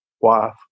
wife